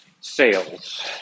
sales